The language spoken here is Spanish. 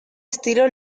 estilo